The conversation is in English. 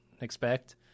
expect